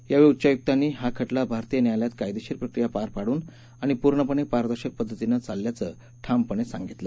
यावळी उच्चायुकांनी हा खाऊा भारतीय न्यायालयात कायदर्शीर प्रक्रिया पार पाडून आणि पूर्णपणप्रारदर्शक पद्धतीनच्चालल्याचं ठामपणसांगितलं